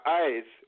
eyes